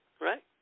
Right